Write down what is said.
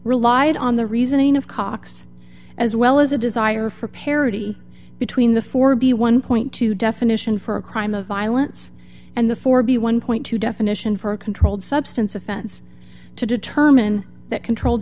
relied on the reasoning of cox as well as a desire for parity between the four b one dollar definition for a crime of violence and the four b one dollar definition for a controlled substance offense to determine that controlled